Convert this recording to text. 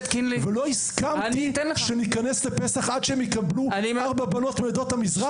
ולא הסכמתי שניכנס לפסח עד שהם יקבלו ארבע בנות מעדות המזרח.